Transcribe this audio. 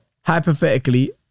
hypothetically